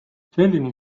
selline